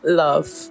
love